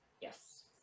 Yes